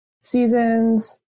seasons